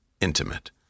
intimate